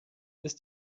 ist